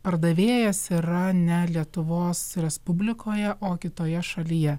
pardavėjas yra ne lietuvos respublikoje o kitoje šalyje